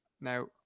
Now